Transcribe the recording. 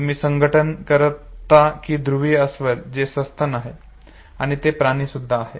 तुम्ही संघटन करता कि ध्रुवीय अस्वल जे सस्तन आहे आणि ते प्राणी सुद्धा आहे